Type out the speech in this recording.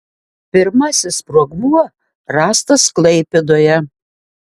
pirmasis sprogmuo rastas klaipėdoje